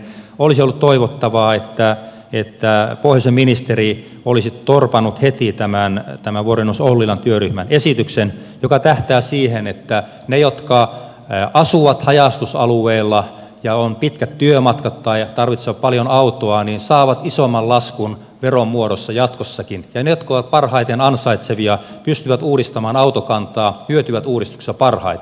olisi ollut toivottavaa että pohjoisen ministeri olisi torpannut heti tämän vuorineuvos ollilan työryhmän esityksen joka tähtää siihen että ne jotka asuvat haja asutusalueilla ja joilla on pitkät työmatkat tai jotka tarvitsevat paljon autoa saavat isomman laskun veron muodossa jatkossakin ja ne jotka ovat parhaiten ansaitsevia pystyvät uudistamaan autokantaa hyötyvät uudistuksesta parhaiten